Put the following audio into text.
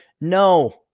no